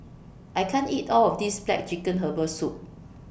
I can't eat All of This Black Chicken Herbal Soup